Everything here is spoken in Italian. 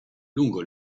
lungo